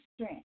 strength